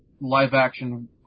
live-action